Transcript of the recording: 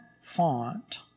font